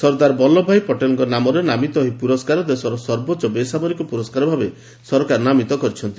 ସର୍ଦ୍ଦାର ବଲ୍ଲଭଭାଇ ପଟେଲ୍ଙ୍କ ନାମରେ ନାମିତ ଏହି ପୁରସ୍କାର ଦେଶର ସର୍ବୋଚ୍ଚ ବେସାମରିକ ପ୍ରରସ୍କାର ଭାବେ ସରକାର ନାମିତ କରିଛନ୍ତି